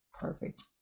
perfect